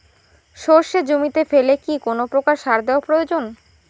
সর্ষে জমিতে ফেলে কি কোন প্রকার সার দেওয়া প্রয়োজন?